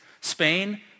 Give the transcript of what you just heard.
Spain